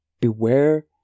Beware